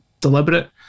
deliberate